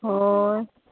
हय